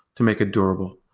to make a durable.